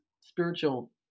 spiritual